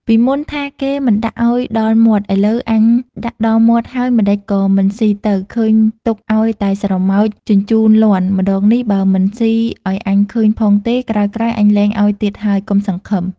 ពីមុនថាគេមិនដាក់ឲ្យដល់មាត់ ឥឡូវអញដាក់ដល់មាត់ហើយ ម្តេចក៏មិនស៊ីទៅ ឃើញទុកឲ្យតែស្រមោចជញ្ជូនលាន់ ម្តងនេះបើមិនស៊ីឲ្យអញឃើញផងទេ ក្រោយៗអញលែងឲ្យទៀតហើយ កុំសង្ឃឹម!"។